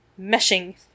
meshing